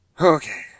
Okay